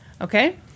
Okay